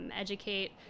educate